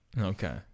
Okay